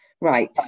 Right